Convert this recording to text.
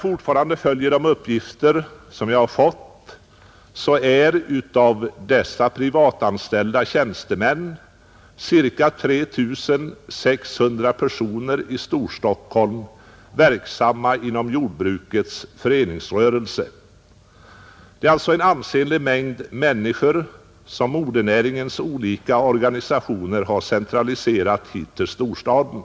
Enligt samma uppgifter är av dessa privatanställda tjänstemän ca 3 600 personer i Storstockholm verksamma inom jordbrukets föreningsrörelse. Det är alltså en ansenlig mängd människor som modernäringens olika organisationer har centraliserat hit till storstaden.